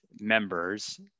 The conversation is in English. members